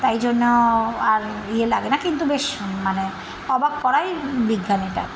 তাই জন্য আর ইয়ে লাগে না কিন্তু বেশ মানে অবাক করাই বিজ্ঞান এটা